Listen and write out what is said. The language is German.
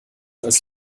als